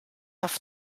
auf